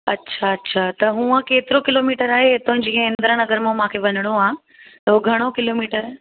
अच्छा अच्छा त हुअं केतिरो किलोमीटर आहे हितीं जीअं इंदिरा नगर मूं मूंखे वञिणो आहे त हो घणो किलोमीटर आहे